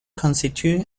constituent